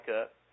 up